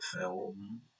film